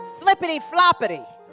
flippity-floppity